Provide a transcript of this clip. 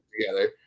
together